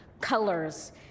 colors